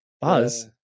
Buzz